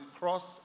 cross